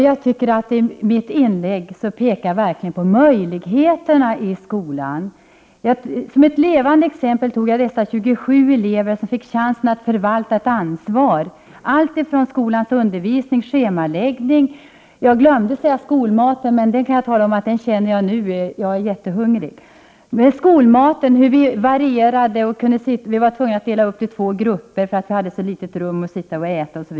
Fru talman! I mitt inlägg pekade jag verkligen på möjligheterna i skolan. Som ett levande exempel tog jag dessa 27 elever som fick chansen att förvalta ett ansvar, bl.a. för skolans undervisning och schemaläggning. Jag glömde att säga skolmaten — som jag nu kommer att tänka på eftersom jag är jättehungrig. Eleverna delades upp i två grupper därför att de hade ett för litet rum att sitta och äta i.